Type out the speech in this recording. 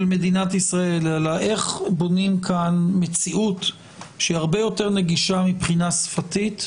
מדינת ישראל אלא איך בונים כאן מציאות שהיא הרבה יותר נגישה מבחינה שפתית